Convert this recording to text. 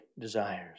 desires